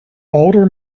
older